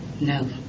No